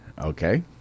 Okay